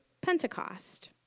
Pentecost